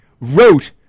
wrote